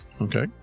Okay